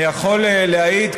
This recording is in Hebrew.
אני יכול להעיד,